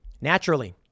Naturally